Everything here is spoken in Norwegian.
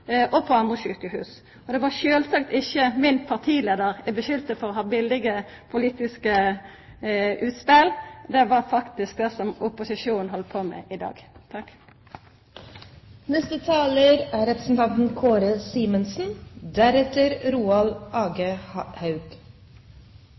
og på andre sjukehus. Det var sjølvsagt ikkje min partileiar eg skulda for å ha billige politiske utspel; det var det faktisk opposisjonen som held på med i dag. Tilstanden i Helse-Norge er